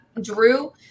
Drew